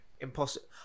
Impossible